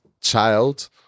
child